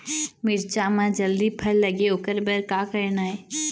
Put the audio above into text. मिरचा म जल्दी फल लगे ओकर बर का करना ये?